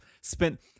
spent